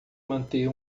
manter